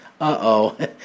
uh-oh